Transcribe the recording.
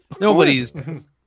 Nobody's